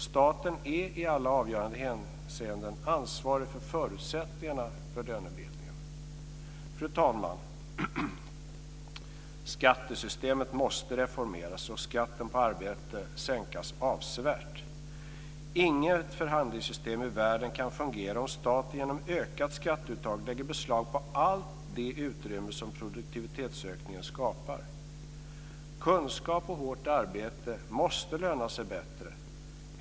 Staten är i alla avgörande hänseenden ansvarig för förutsättningarna för lönebildningen. Fru talman! Skattesystemet måste reformeras och skatten på arbete sänkas avsevärt. Inget förhandlingssystem i världen kan fungera om staten genom ökat skatteuttag lägger beslag på allt det utrymme som produktivitetsökningen skapar. Kunskap och hårt arbete måste löna sig bättre.